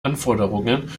anforderungen